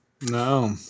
No